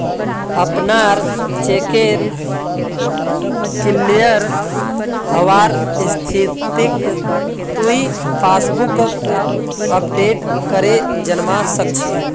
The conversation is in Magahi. अपनार चेकेर क्लियर हबार स्थितिक तुइ पासबुकक अपडेट करे जानवा सक छी